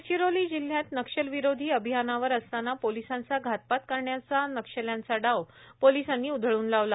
गडचिरोली जिल्ह्यात नक्षलविरोषी अभियानावर असताना पोलिसांचा घातपात करण्याचा नक्षल्यांचा डाव पोलिसांनी उथळून लावला